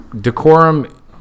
decorum